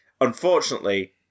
Unfortunately